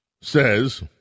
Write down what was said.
says